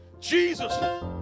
Jesus